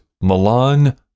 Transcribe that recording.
Milan